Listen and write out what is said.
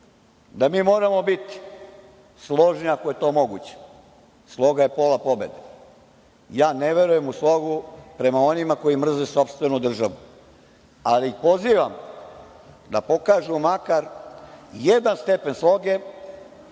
da mi moramo biti složni, ako je to moguće, sloga je pola pobede. Ne verujem u slogu prema onima koji mrze sopstvenu državu, ali pozivam da pokažu makar jedan stepen sloge.